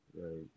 Right